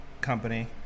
company